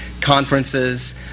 conferences